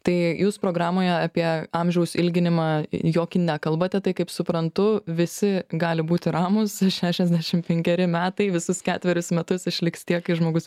tai jūs programoje apie amžiaus ilginimą jokį nekalbate tai kaip suprantu visi gali būti ramūs šešiasdešimt penkeri metai visus ketverius metus išliks tiek kai žmogus